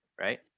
right